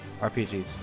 RPGs